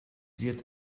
wird